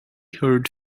heard